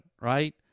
right